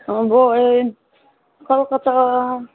अब यो कलकत्ता